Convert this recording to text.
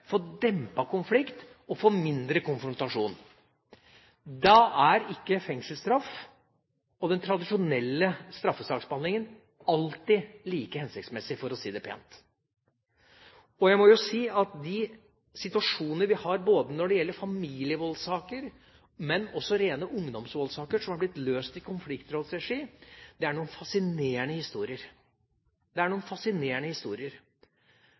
og få mindre konfrontasjon. Da er ikke fengselsstraff og den tradisjonelle straffesaksbehandlinga alltid like hensiktsmessig, for å si det pent. Og jeg må jo si om de situasjonene vi har både når det gjelder familievoldssaker og rene ungdomsvoldssaker som er blitt løst i konfliktrådsregi, at det er noen fascinerende historier. De som hevder at dette er